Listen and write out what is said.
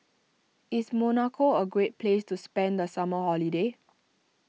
is Monaco a great place to spend the summer holiday